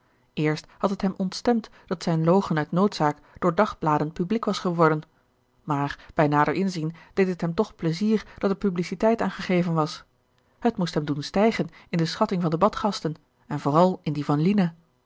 eerst had het hem ontstemd dat zijn logen uit noodzaak door dagbladen publiek was geworden maar bij nader inzien deed het hem toch plezier dat er publiciteit aan gegeven was het moest hem doen stijgen in de schatting van de badgasten en vooral in die van lina